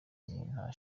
nta